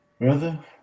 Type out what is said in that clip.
brother